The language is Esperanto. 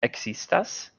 ekzistas